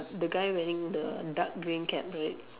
the guy wearing the dark green cap right